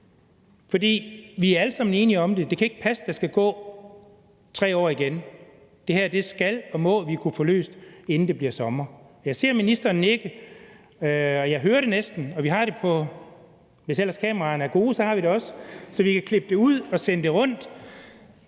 For vi er alle sammen enige om det, så det kan ikke passe, at der skal gå 3 år igen. Det her skal og må vi kunne få løst, inden det bliver sommer. Jeg ser ministeren nikke, og jeg hører næsten tilsagnet, og hvis ellers kameraerne er gode, så kan vi også klippe det ud og sende det rundt.